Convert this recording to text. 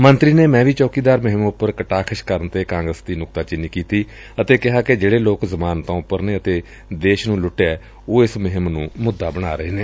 ਮੰਤਰੀ ਨੇ ਮੈਂ ਭੀ ਚੌਕੀਦਾਰ ਮੁਹਿੰਮ ਉਪਰ ਕਟਾਖ਼ਸ਼ ਕਰਨ ਤੇ ਕਾਂਗਰਸ ਦੀ ਨੁਕਤਾਚੀਨੀ ਵੀ ਕੀਤੀ ਅਤੇ ਕਿਹਾ ਕਿ ਜਿਹੜੇ ਲੋਕ ਜ਼ਮਾਨਤਾਂ ਉਪਰ ਨੇ ਅਤੇ ਦੇਸ਼ ਨੂੰ ਲੁਟਿਐ ਉਹ ਇਸ ਮੁਹਿੰਮ ਨੂੰ ਮੁੱਦਾ ਬਣਾ ਰਹੇ ਨੇ